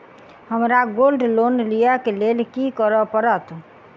हमरा gold loan लिय केँ लेल की करऽ पड़त?